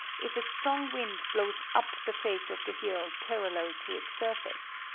if a strong wind blows up the face of the hill parallel to its surface.